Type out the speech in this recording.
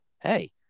hey